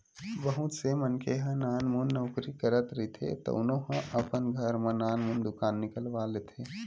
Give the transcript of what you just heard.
बहुत से मनखे ह नानमुन नउकरी करत रहिथे तउनो ह अपन घर म नानमुन दुकान निकलवा लेथे